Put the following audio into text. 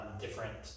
different